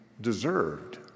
deserved